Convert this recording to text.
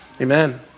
Amen